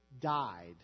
died